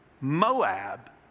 Moab